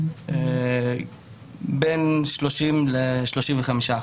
בין 30% ל-35%,